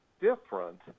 different